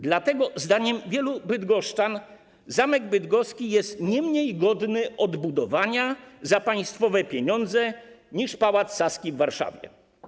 Dlatego zdaniem wielu bydgoszczan zamek bydgoski jest nie mniej godny odbudowania za państwowe pieniądze niż pałac Saski w Warszawie.